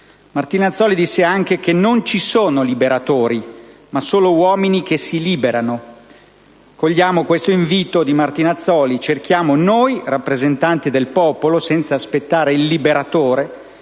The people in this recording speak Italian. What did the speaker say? Martinazzoli ha detto anche che non ci sono liberatori, ma solo uomini che si liberano. Cogliamo l'invito di Martinazzoli, e cerchiamo noi, rappresentanti del popolo, senza aspettare il liberatore,